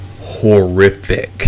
horrific